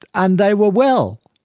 and they were well,